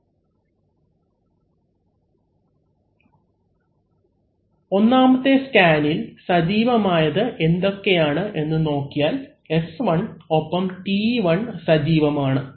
അവലംബിക്കുന്ന സ്ലൈഡ് സമയം 0817 ഒന്നാമത്തെ സ്കാനിൽ സജീവമായത് എന്തൊക്കെയാണ് എന്നു നോക്കിയാൽ S1 ഒപ്പം T1 സജീവമാണ്